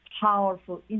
powerful